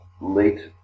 late